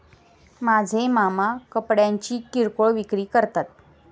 माझे मामा कपड्यांची किरकोळ विक्री करतात